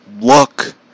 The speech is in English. look